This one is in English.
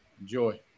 Enjoy